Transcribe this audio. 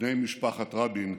בני משפחת רבין,